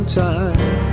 time